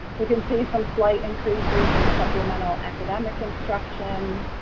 you can see some slight increases in supplemental academic instruction,